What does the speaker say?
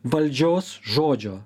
valdžios žodžio